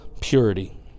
purity